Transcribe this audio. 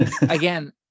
again